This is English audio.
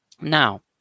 Now